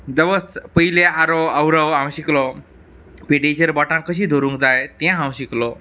पयलीं आरव औरव हांव शिकलों पेटीचेर बोटां कशीं दवरूंक जाय तें हांव शिकलों